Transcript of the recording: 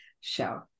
show